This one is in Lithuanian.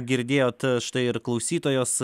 girdėjot štai ir klausytojos